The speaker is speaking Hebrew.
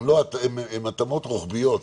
הן התאמות רוחביות,